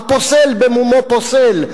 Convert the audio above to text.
"הפוסל במומו פוסל",